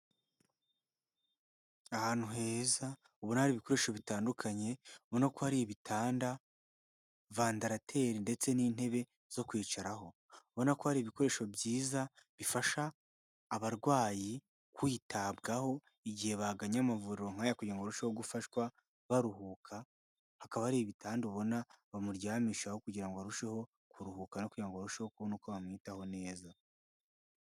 Ahantu heza, ubona hari ibikoresho bitandukanye, ubona ko hari ibitanda, vandarateri ndetse n'intebe zo kwicaraho, ubona ko ari ibikoresho byiza bifasha abarwayi kwitabwaho igihe bagannye amavuriro nk'aya kugira ngo barusheho gufashwa baruhuka, hakaba hari ibitanda ubona bamuryamishaho kugira ngo arusheho kuruhuka no kugira ngo barushaho kubona uko bamwitaho neza.